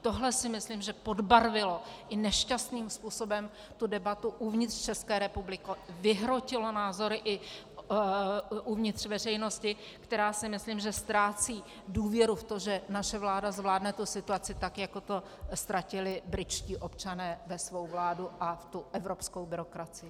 Tohle si myslím, že podbarvilo i nešťastným způsobem tu debatu uvnitř České republiky, vyhrotilo názory i uvnitř veřejnosti, která si myslím, že ztrácí důvěru v to, že naše vláda zvládne tu situaci, tak jako to ztratili britští občané ve svou vládu a v tu evropskou byrokracii.